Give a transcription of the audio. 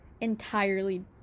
entirely